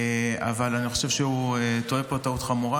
אבל אני חושב שהוא טועה פה טעות חמורה,